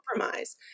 compromise